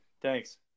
Thanks